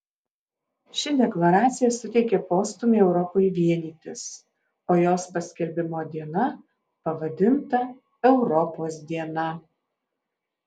ši deklaracija suteikė postūmį europai vienytis o jos paskelbimo diena pavadinta europos diena